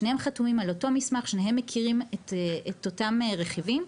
שניהם מכירים את אותם רכיבים,